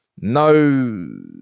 No